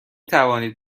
توانید